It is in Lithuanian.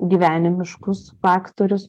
gyvenimiškus faktorius